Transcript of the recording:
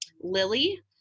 Lily